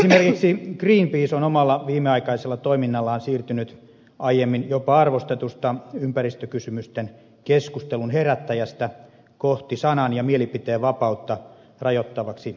esimerkiksi greenpeace on omalla viimeaikaisella toiminnallaan siirtynyt aiemmin jopa arvostetusta ympäristökysymysten keskustelun herättäjästä kohti sanan ja mielipiteenvapautta rajoittavaa anarkistista järjestöä